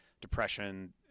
depression